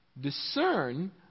Discern